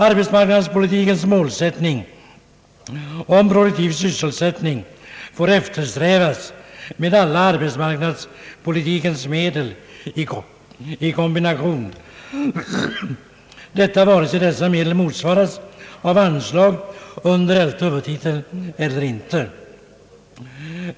Arbetsmarknadspolitikens målsättning om produktiv sysselsättning får eftersträvas med alla arbetsmarknadspolitikens medel i kombination — detta vare sig dessa medel motsvaras av anslag under 11:e huvudtiteln eller inte.